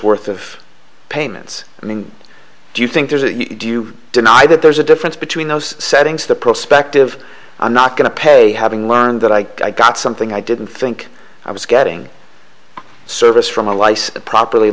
worth of payments i mean do you think there's a do you deny that there's a difference between those settings the prospective i'm not going to pay having learned that i got something i didn't think i was getting service from a licensed properly